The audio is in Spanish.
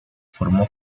formó